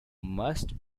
must